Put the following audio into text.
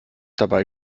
dabei